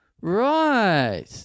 Right